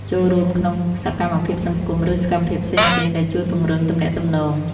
ចូលរួមក្នុងសកម្មភាពសង្គម ឬសកម្មភាពផ្សេងៗដែលជួយពង្រឹងទំនាក់ទំនង។